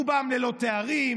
רובן ללא תארים,